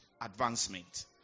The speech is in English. advancement